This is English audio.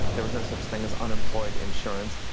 there was no such thing as unemployed insurance.